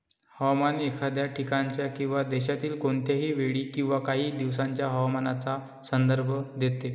हवामान एखाद्या ठिकाणाच्या किंवा देशातील कोणत्याही वेळी किंवा काही दिवसांच्या हवामानाचा संदर्भ देते